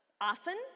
often